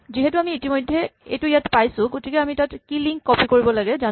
যিহেতু আমি ইতিমধ্যে এইটো ইয়াত পাইছো গতিকে আমি তাত কি লিংক কপি কৰিব লাগে জানো